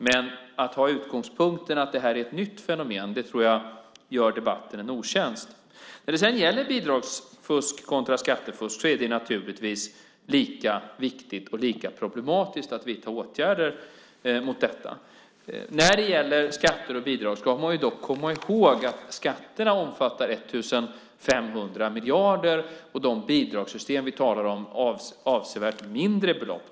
Men om man har utgångspunkten att det här är ett nytt fenomen tror jag att man gör debatten en otjänst. När det sedan gäller bidragsfusk kontra skattefusk är det naturligtvis lika viktigt och lika problematiskt att vidta åtgärder mot detta. När det gäller skatter och bidrag ska man dock komma ihåg att skatterna omfattar 1 500 miljarder, och de bidragssystem vi talar om omfattar avsevärt mindre belopp.